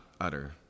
utter